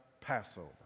Passover